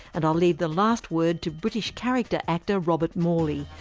and i'll leave the last word to british character actor robert morley,